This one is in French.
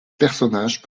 personnage